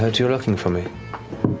heard you're looking for me.